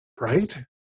Right